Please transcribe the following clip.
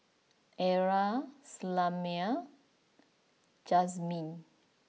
Arra Selmer Jazmyn